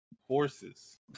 Horses